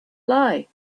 lie